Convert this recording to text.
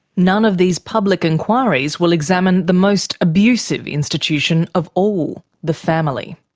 none of these public inquiries will examine the most abusive institution of all the family.